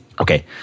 Okay